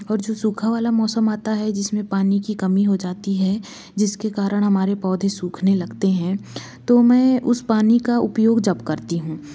और जो सूखा वाला मौसम आता है जिसमें पानी की कमी हो जाती है जिसके कारण हमारे पौधे सूखने लगते हैं तो मैं उस पानी का उपयोग जब करती हूँ